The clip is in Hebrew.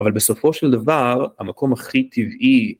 אבל בסופו של דבר, המקום הכי טבעי...